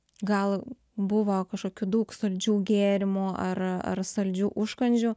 gal buvo kažkokių daug saldžių gėrimų ar ar saldžių užkandžių